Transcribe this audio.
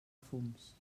fums